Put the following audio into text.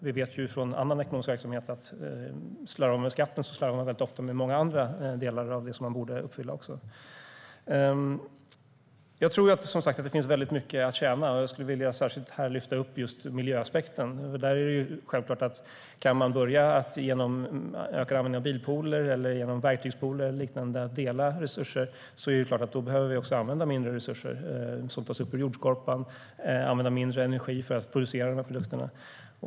Vi vet från annan ekonomisk verksamhet att om man slarvar med skatten slarvar man ofta även med många andra delar. Jag tror, som sagt, att det finns mycket att tjäna på detta. Här vill jag särskilt lyfta fram miljöaspekten. Om man genom en ökad användning av bilpooler, verktygspooler och liknande kan dela resurser är det klart att man också behöver använda mindre resurser som tas upp ur jordskorpan, och man behöver använda mindre energi för att producera dessa produkter.